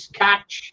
catch